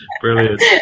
Brilliant